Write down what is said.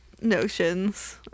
notions